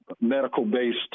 medical-based